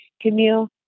Camille